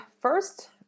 first